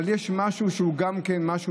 אבל יש משהו מתגלגל,